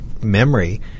memory